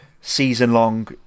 season-long